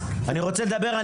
אני רוצה לדבר,